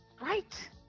Right